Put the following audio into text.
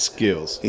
Skills